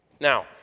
Now